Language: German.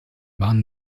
bahnen